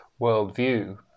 worldview